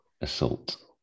assault